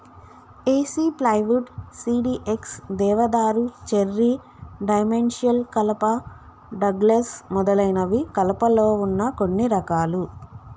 ఏసి plywood, CDX, దేవదారు, cherry, dimensional కలప, Douglas మొదలైనవి కలపలో వున్న కొన్ని రకాలు